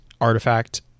artifact